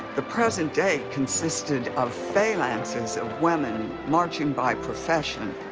the present day consisted of phalanxes of women marching by profession.